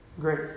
Great